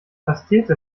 pastete